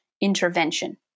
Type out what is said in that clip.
intervention